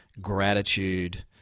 gratitude